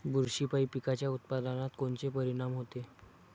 बुरशीपायी पिकाच्या उत्पादनात कोनचे परीनाम होते?